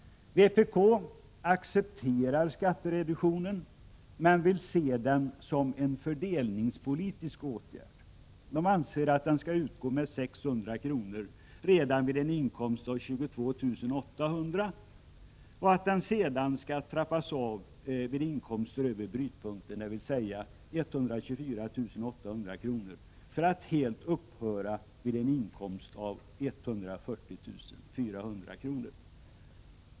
Vpk accepterar skattereduktionen, men vill se den som en fördelningspolitisk åtgärd. Vpk anser att den skall utgå med 600 kr. redan vid en inkomst av 22 800 kr. och att den sedan skall trappas av vid inkomster över brytpunkten, dvs. 124 800 kr., för att helt upphöra vid en inkomst av 140 400 kr.